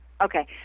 okay